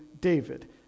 David